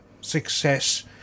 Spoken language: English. success